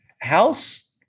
house